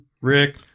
Rick